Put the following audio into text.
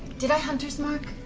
did i hunter's mark